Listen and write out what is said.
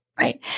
right